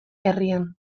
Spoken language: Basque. herrian